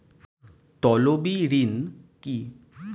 তলবি ঋন কি?